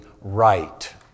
right